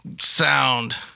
sound